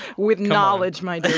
with knowledge, my dear